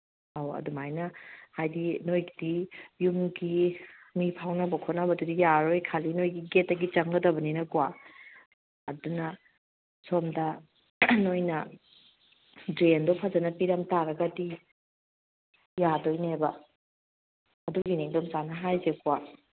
ꯑꯧ ꯑꯗꯨꯃꯥꯏꯅ ꯍꯥꯏꯕꯗꯤ ꯅꯈꯣꯏꯒꯤꯗꯤ ꯌꯨꯝꯒꯤ ꯃꯤ ꯐꯥꯎꯅꯕ ꯈꯣꯠꯅꯕꯗꯨꯗꯤ ꯌꯥꯔꯔꯣꯏ ꯅꯈꯣꯏꯒꯤ ꯒꯦꯠꯇꯒꯤ ꯆꯪꯒꯗꯕꯅꯤꯅꯀꯣ ꯑꯗꯨꯅ ꯁꯣꯝꯗ ꯅꯈꯣꯏꯅ ꯗ꯭ꯔꯦꯟꯗꯣ ꯐꯖꯅ ꯄꯤꯔꯝꯕ ꯇꯥꯔꯒꯗꯤ ꯌꯥꯒꯗꯣꯏꯅꯦꯕ ꯑꯗꯨꯒꯤꯅꯤ ꯏꯟꯗꯣꯝꯆꯥꯅ ꯍꯥꯏꯔꯤꯁꯦꯀꯣ